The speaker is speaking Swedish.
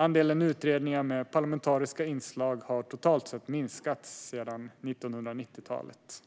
Andelen utredningar med parlamentariska inslag har totalt sett minskat sedan 1990-talet.